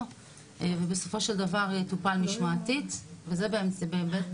ובסופו של דבר יטופל משמעתית וזה באמת,